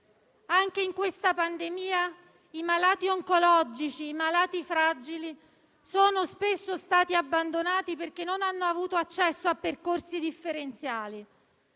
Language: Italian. Anche in questa pandemia i malati oncologici, i malati fragili sono spesso stati abbandonati perché non hanno avuto accesso a percorsi differenziali.